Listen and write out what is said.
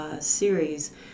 series